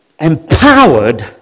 empowered